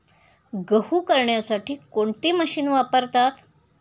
गहू करण्यासाठी कोणती मशीन वापरतात?